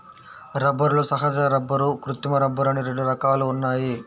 రబ్బరులో సహజ రబ్బరు, కృత్రిమ రబ్బరు అని రెండు రకాలు ఉన్నాయి